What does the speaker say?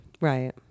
right